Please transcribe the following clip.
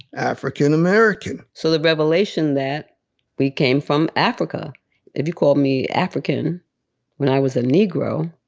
african american so the revelation that we came from africa if you called me african when i was a negro,